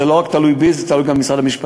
זה לא תלוי רק בי, זה תלוי גם במשרד המשפטים.